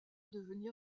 devenir